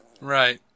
Right